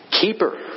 keeper